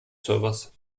servers